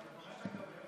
מה, אתה מוותר ככה?